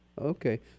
Okay